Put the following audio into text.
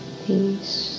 peace